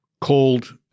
called